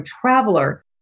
traveler